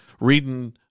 reading